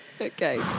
Okay